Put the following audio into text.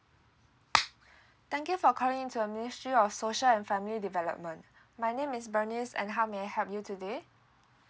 thank you for calling into ministry of social and family development my name is bunnies and how may I help you today